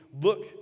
look